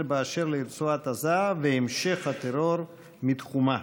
באשר לרצועת עזה והמשך הטרור מתחומה.